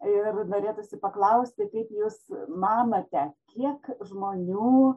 ir norėtųsi paklausti kaip jūs manote kiek žmonių